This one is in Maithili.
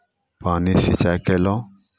पानि सीँचाइ कयलहुँ